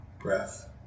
Breath